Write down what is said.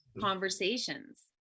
conversations